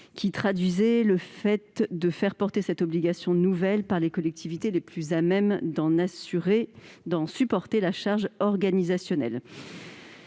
qui traduisait le choix de faire porter cette obligation nouvelle par les collectivités les plus à même d'en supporter la charge organisationnelle.